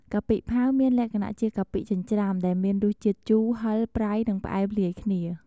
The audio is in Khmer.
កាពិផាវ មានលក្ខណៈជាកាពិចិញ្ច្រាំដែលមានរសជាតិជូរ ហឹរ ប្រៃ និងផ្អែមលាយគ្នា។